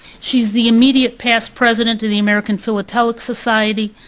she's the immediate past president of the american philatelic society,